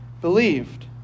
believed